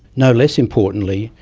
no less importantly,